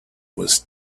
was